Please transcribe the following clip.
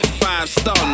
five-star